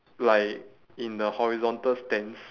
like in the horizontal stance